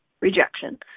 rejection